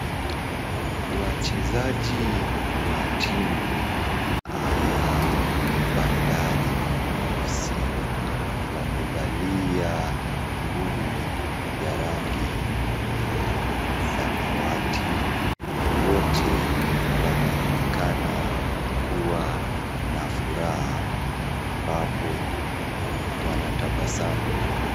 Wachezaji wa timu ya Bandari FC wamevalia nguo ya rangi ya samawati. Wote wanaonekana kuwa na furaha, ambapo wanatabasamu.